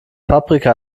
paprika